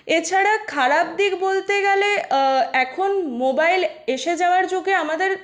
এছাড়া খারাপ দিক বলতে গেলে এখন মোবাইল এসে যাওয়ার যুগে আমাদের